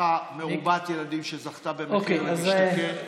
משפחה מרובת ילדים שזכתה במחיר למשתכן.